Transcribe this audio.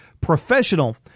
professional